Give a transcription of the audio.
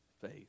faith